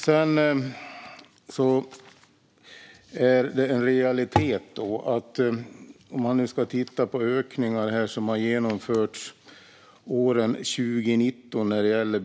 Man kan titta på den ökning av beställd materiel som har skett under åren sedan 2019. Det är en realitet.